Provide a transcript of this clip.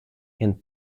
and